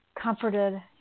comforted